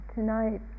tonight